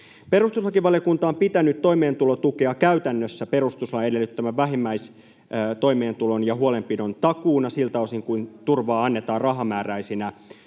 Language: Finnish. Perustuslakivaliokunta on pitänyt toimeentulotukea käytännössä perustuslain edellyttämän vähimmäistoimeentulon ja huolenpidon takuuna siltä osin, kuin turvaa annetaan rahamääräisinä